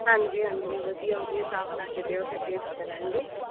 ਹਾਂਜੀ ਹਾਂਜੀ ਵਧੀਆ ਵਧੀਆ ਚਾਹ ਬਣਾ ਕੇ ਦਿਓ ਫਿਰ ਟੇਸਟ ਕਰਾਂਗੇ